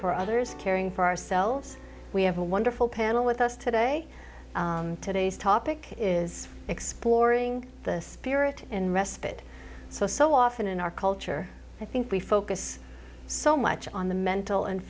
for others caring for ourselves we have a wonderful panel with us today today's topic is exploring the spirit and respite so so often in our culture i think we focus so much on the mental and